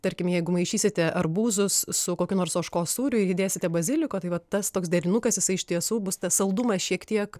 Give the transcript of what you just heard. tarkim jeigu maišysite arbūzus su kokiu nors ožkos sūriu įdėsite baziliko tai va tas toks derinukas jisai iš tiesų bus tas saldumas šiek tiek